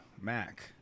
Mac